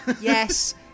Yes